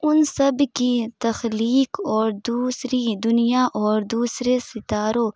ان سب کی تخلیق اور دوسری دنیا اور دوسرے ستاروں